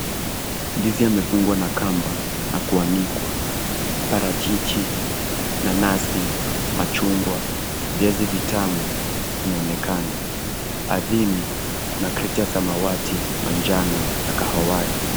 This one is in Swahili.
Ndizi yamefungwa na kamba na kuanikwa. Parachichi, nanasi, machungwa, viazi vitamu zinaonekana. Ardhini kuna crates za samawati, manjano na kahawia.